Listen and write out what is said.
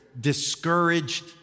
discouraged